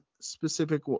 specific